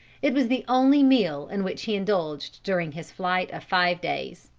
it was the only meal in which he indulged during his flight of five days.